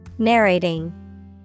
Narrating